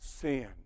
sin